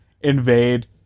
invade